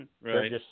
right